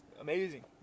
amazing